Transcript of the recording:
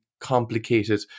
complicated